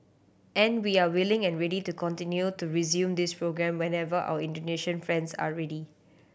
and we are willing and ready to continue to resume this programme whenever our Indonesian friends are ready